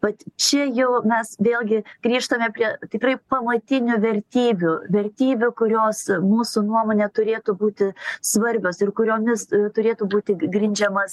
vat čia jau mes vėlgi grįžtame prie tikrai pamatinių vertybių vertybių kurios mūsų nuomone turėtų būti svarbios ir kuriomis turėtų būti grindžiamas